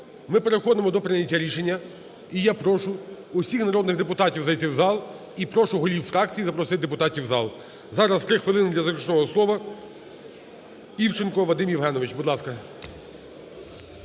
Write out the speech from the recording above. ми переходимо до прийняття рішення. І я прошу всіх народних депутатів зайти в зал і прошу голів фракцій запросити депутатів у зал. Зараз 3 хвилини для заключного слово, Івченко Вадим Євгенович. Будь ласка.